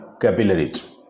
capillaries